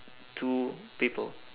two people